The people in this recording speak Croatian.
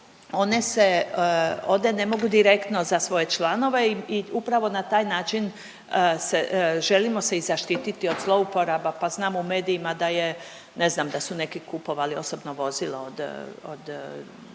one se, one ne mogu direktno za svoje članove i upravo na taj način se, želimo se i zaštititi od zlouporaba, pa znamo u medijima da je, ne znam, da su neki kupovali osobno vozilo od, od